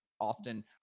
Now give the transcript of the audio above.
often